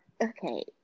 Okay